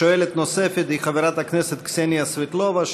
שואלת נוספת היא חברת הכנסת קסניה סבטלובה,